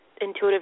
intuitive